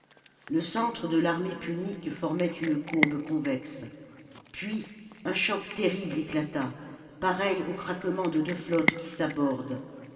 le centre de l'armée punique formait une courbe convexe puis un choc terrible éclata pareil au craquement de deux flottes qui s'abordent